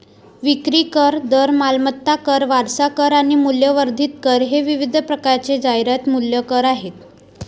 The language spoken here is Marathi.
विक्री कर, दर, मालमत्ता कर, वारसा कर आणि मूल्यवर्धित कर हे विविध प्रकारचे जाहिरात मूल्य कर आहेत